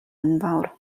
enfawr